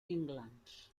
england